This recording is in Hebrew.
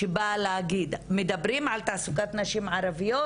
שבאה להגיד אם מדברים על תעסוקת נשים ערביות,